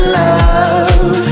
love